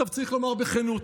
צריך לומר בכנות,